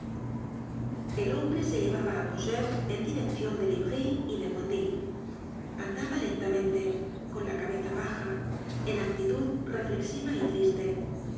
el hombre se llevaba á cosette en direccion de livry y de bondy andaba lentamente con la cabeza baja en actitud de reflexiva y triste el